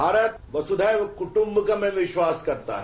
भारत वसुधैव कुटुम्बकम् में विश्वास रखता है